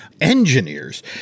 engineers